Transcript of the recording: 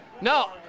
No